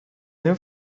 new